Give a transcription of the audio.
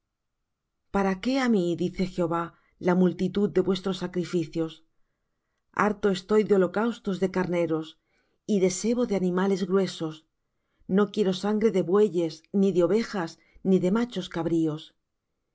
para qué á mí dice jehová la multitud de vuestros sacrificios harto estoy de holocaustos de carneros y de sebo de animales gruesos no quiero sangre de bueyes ni de ovejas ni de machos cabríos